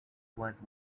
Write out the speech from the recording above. was